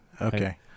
Okay